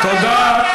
תודה.